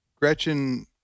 Gretchen